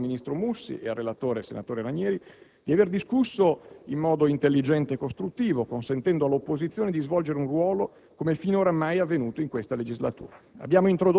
Do atto al ministro Mussi e al relatore, senatore Ranieri, di aver discusso in modo intelligente e costruttivo, consentendo all'opposizione di svolgere un ruolo come finora mai è avvenuto in questa legislatura.